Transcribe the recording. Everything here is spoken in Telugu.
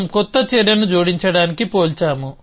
మనం కొత్త చర్యను జోడించడానికి పోల్చాము